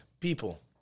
People